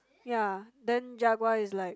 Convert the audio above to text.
ya then jaguar is like